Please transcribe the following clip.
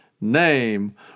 name